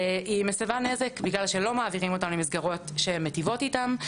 היא מסבה נזק בגלל שלא מעבירים אותם למסגרות שמיטיבות איתם,